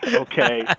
yeah ok?